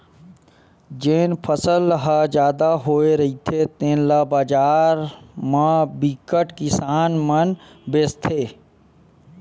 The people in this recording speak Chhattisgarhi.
जेन फसल ह जादा होए रहिथे तेन ल बजार म बिकट किसान मन बेचथे